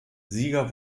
sieger